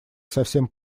совсем